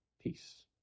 peace